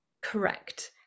correct